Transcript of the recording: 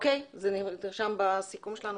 זה נרשם בסיכום שלנו.